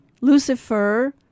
Lucifer